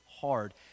hard